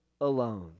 alone